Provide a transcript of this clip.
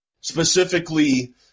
specifically